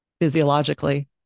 physiologically